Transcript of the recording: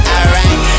Alright